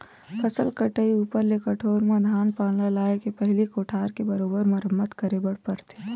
फसल कटई ऊपर ले कठोर म धान पान ल लाए के पहिली कोठार के बरोबर मरम्मत करे बर पड़थे